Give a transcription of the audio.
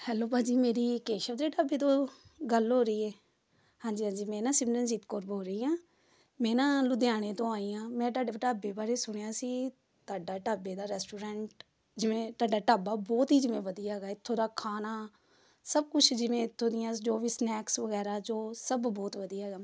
hello ਭਾਅ ਜੀ ਮੇਰੀ ਕੇਸ਼ਵ ਦੇ ਢਾਬੇ ਤੋਂ ਗੱਲ ਹੋ ਰਹੀ ਏ ਹਾਂਜੀ ਹਾਂਜੀ ਮੈਂ ਨਾ ਸਿਮਰਨਜੀਤ ਕੌਰ ਬੋਲ ਰਹੀ ਹਾਂ ਮੈਂ ਨਾ ਲੁਧਿਆਣੇ ਤੋਂ ਆਈ ਹਾਂ ਮੈਂ ਤੁਹਾਡੇ ਢਾਬੇ ਬਾਰੇ ਸੁਣਿਆ ਸੀ ਤੁਹਾਡਾ ਢਾਬੇ ਦਾ ਰੈਸਟੋਰੈਂਟ ਜਿਵੇਂ ਤੁਹਾਡਾ ਢਾਬਾ ਬਹੁਤ ਹੀ ਜਿਵੇਂ ਵਧੀਆ ਹੈਗਾ ਇੱਥੋਂ ਦਾ ਖਾਣਾ ਸਭ ਕੁਝ ਜਿਵੇਂ ਇੱਥੋਂ ਦੀਆਂ ਜੋ ਵੀ ਸਨੈਕਸ ਵਗੈਰਾ ਜੋ ਸਭ ਬਹੁਤ ਵਧੀਆ ਹੈਗਾ